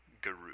guru